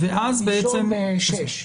זאת אומרת ראשון בשש.